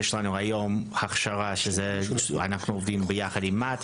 יש לנו היום הכשרה שאנחנו עובדים ביחד עם מאט,